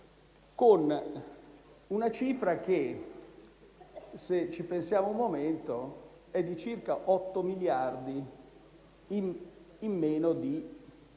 con una cifra che, se ci pensiamo un momento, è di circa 8 miliardi in sei mesi;